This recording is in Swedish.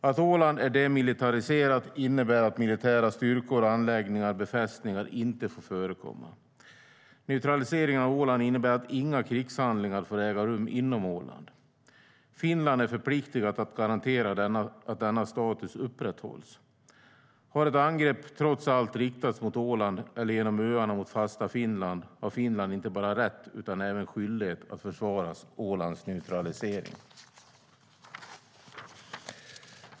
Att Åland är demilitariserat innebär att militära styrkor, anläggningar och befästningar inte får förekomma. Neutraliseringen av Åland innebär att inga krigshandlingar får äga rum inom Åland. Finland är förpliktat att garantera att denna status upprätthålls. Har ett angrepp trots allt riktats mot Åland eller genom öarna mot fasta Finland har Finland inte bara rätt utan även skyldighet att försvara Ålands neutralisering.